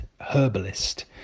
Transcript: herbalist